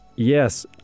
Yes